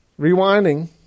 Rewinding